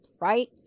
right